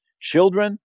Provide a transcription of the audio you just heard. children